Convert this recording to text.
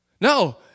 No